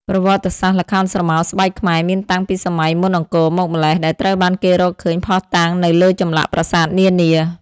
ប្រវត្តិសាស្ត្រល្ខោនស្រមោលស្បែកខ្មែរមានតាំងពីសម័យមុនអង្គរមកម្ល៉េះ ដែលត្រូវបានគេរកឃើញភស្តុតាងនៅលើចម្លាក់ប្រាសាទនានា។